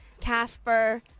Casper